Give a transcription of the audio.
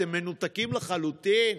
אתם מנותקים לחלוטין?